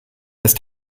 ist